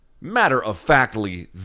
matter-of-factly